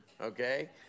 Okay